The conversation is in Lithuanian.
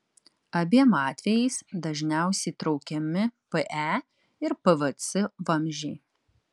abiem atvejais dažniausiai traukiami pe ir pvc vamzdžiai